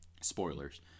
spoilers